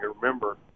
remember